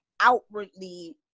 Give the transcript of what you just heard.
outwardly